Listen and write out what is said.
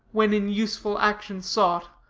when in useful action sought.